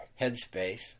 headspace